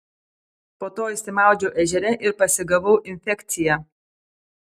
po to išsimaudžiau ežere ir pasigavau infekciją